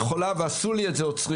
היא יכולה ועשו לי את זה אוצרים,